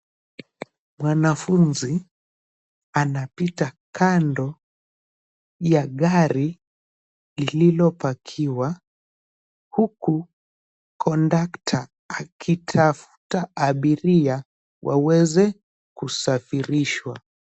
Mwanafunzi anapita kando ya gari lililopakiwa, huku kondakta akitafuta abiria waweze kusafirishwa.